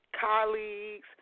colleagues